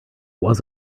was